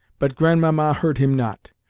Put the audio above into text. but grandmamma heard him not.